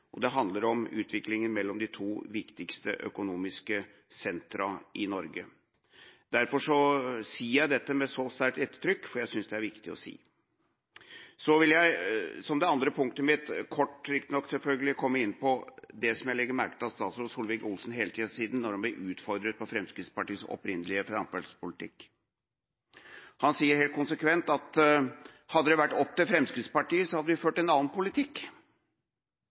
og det handler om utviklinga mellom de to viktigste økonomiske sentra i Norge. Derfor sier jeg dette med så sterkt ettertrykk, for jeg synes det er viktig å si. Jeg vil, som mitt andre punkt, kort komme inn på det som jeg legger merke til at statsråd Solvik-Olsen hele tiden sier når han blir utfordret på Fremskrittspartiets opprinnelige samferdselspolitikk. Han sier helt konsekvent at hadde det vært opp til Fremskrittspartiet, hadde de ført en annen politikk.